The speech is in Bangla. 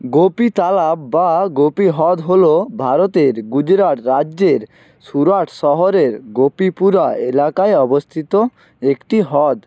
গোপী তালাও বা গোপী হ্রদ হলো ভারতের গুজরাট রাজ্যের সুরাট শহরের গোপীপুরা এলাকায় অবস্থিত একটি হ্রদ